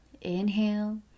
inhale